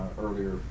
earlier